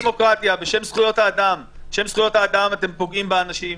בשם זכויות האדם אתם פוגעים באנשים.